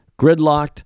gridlocked